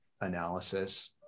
analysis